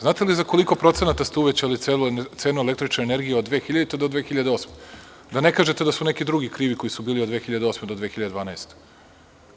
Znate li za koliko procenat ste uvećali cenu električne energije od 2000. do 2008. godine, da ne kažete da su neki drugi krivi koji su bili od 2008. do 2012. godine?